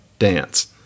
Dance